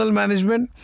management